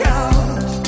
out